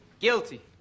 guilty